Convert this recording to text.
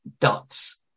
dots